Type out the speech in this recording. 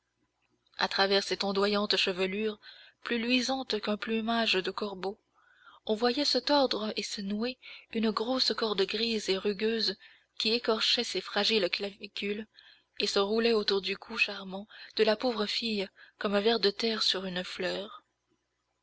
à travers cette ondoyante chevelure plus luisante qu'un plumage de corbeau on voyait se tordre et se nouer une grosse corde grise et rugueuse qui écorchait ses fragiles clavicules et se roulait autour du cou charmant de la pauvre fille comme un ver de terre sur une fleur